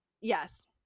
Yes